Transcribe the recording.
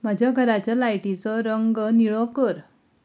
म्हज्या घराच्या लायटीचो रंग निळो कर